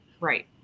right